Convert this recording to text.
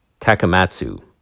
Takamatsu